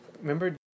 Remember